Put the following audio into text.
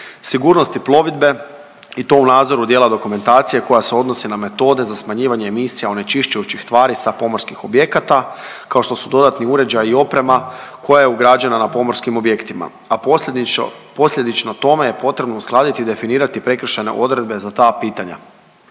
sigurnosti plovidbe i to u nadzoru dijela dokumentacije koja se odnosi na metode za smanjivanje emisija onečišćujućih tvari sa pomorskih objekata kao što su dodatni uređaji i oprema koja je ugrađena na pomorskim objektima a posljedično tome je potrebno uskladiti i definirati prekršajne odredbe za ta pitanja.